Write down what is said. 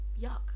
yuck